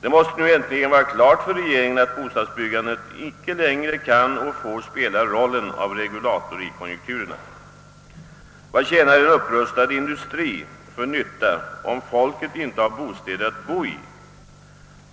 Det måste nu äntligen stå tydligt för regeringen att bostadsbyggandet icke längre kan och får spela rollen av regulator i konjunkturerna. Vad gör en upprustad industri för nytta, om folket inte har bostäder att bo i?